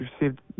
received